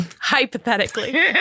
Hypothetically